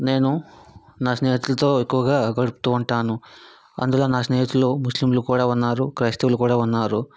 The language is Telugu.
నేను నా స్నేహితులతో ఎక్కువగా గడుపుతూ ఉంటాను అందులో నా స్నేహితులు ముస్లిములు కూడా ఉన్నారు క్రైస్తువులు కూడా ఉన్నారు